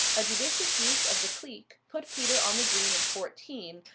a judicious use of the cleek put peter on the green in fourteen,